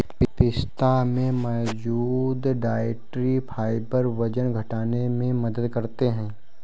पिस्ता में मौजूद डायट्री फाइबर वजन घटाने में मदद करते है